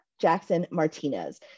Jackson-Martinez